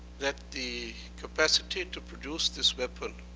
that the capacity to produce this weapon